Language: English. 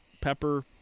pepper